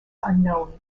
unknown